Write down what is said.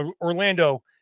Orlando